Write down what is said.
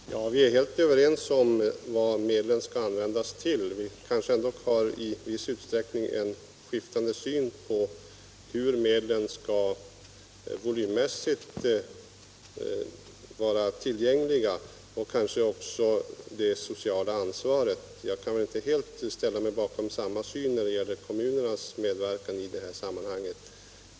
Herr talman! Vi är helt överens om vad medlen skall användas till. Vi kanske ändå har en skiftande syn på hur medlen skall vara tillgängliga och kanske också på det sociala ansvaret. Jag kan inte helt ställa mig bakom försvarsministerns syn på kommunernas medverkan i detta sammanhang.